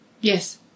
Yes